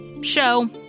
show